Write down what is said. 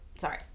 sorry